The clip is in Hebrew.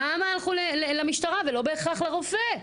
כמה הלכו למשטרה ולא בהכרח לרופא,